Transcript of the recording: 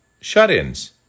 shut-ins